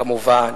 כמובן.